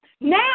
Now